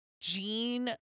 jean